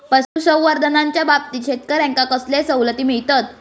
पशुसंवर्धनाच्याबाबतीत शेतकऱ्यांका कसले सवलती मिळतत?